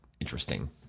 interesting